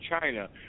China